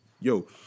yo